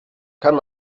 kann